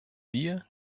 wir